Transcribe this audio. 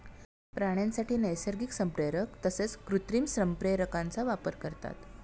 प्राण्यांसाठी नैसर्गिक संप्रेरक तसेच कृत्रिम संप्रेरकांचा वापर करतात